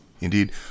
indeed